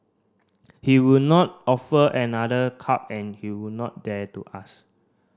he would not offer another cup and he would not dare to ask